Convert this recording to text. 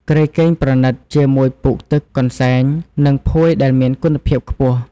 គ្រែគេងប្រណីត ជាមួយពូក ទឹក កន្សែង និងភួយដែលមានគុណភាពខ្ពស់។